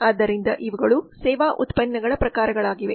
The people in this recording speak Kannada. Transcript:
ಆದ್ದರಿಂದ ಇವುಗಳು ಸೇವಾ ಉತ್ಪನ್ನಗಳ ಪ್ರಕಾರಗಳಾಗಿವೆ